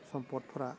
सम्फदफ्रा